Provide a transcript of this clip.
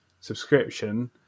subscription